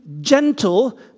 gentle